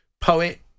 poet